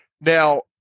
Now